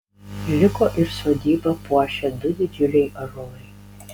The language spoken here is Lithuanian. liko ir sodybą puošę du didžiuliai ąžuolai